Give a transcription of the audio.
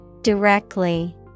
Directly